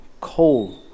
coal